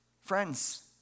friends